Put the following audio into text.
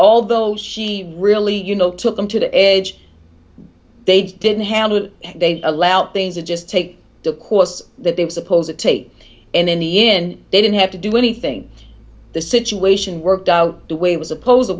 although she really you know took them to the edge they didn't handle they allow things to just take the course that they were suppose it takes and in the in they didn't have to do anything the situation worked out the way it was suppose